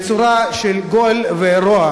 בצורה של גועל ורוע,